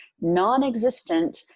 non-existent